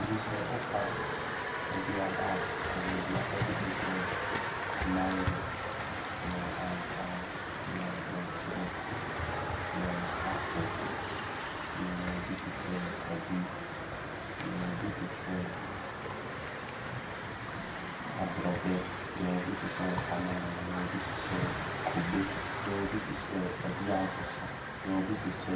Nti sɛ wofa aduaba a yɛwɔ aduaba bi tesɛ amango. Yɛwɔ ankaa. Yɛwɔ bɔɔferɛ. Yɛwɔ apple. Yɛwɔ bi tesɛ kwadu Yɛwɔ bi tesɛ aborɔbɛ. Yɛwɔ bi tesɛ watermelon. Yɛwɔ bi tesɛ kube Yɛwɔ bi tesɛ adiankasa. Yɛwɔ bi tesɛ